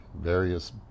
various